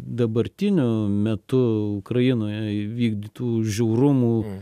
dabartiniu metu ukrainoje įvykdytų žiaurumų